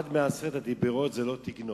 אחד מעשרת הדיברות הוא "לא תגנוב".